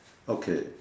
okay